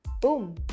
boom